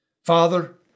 father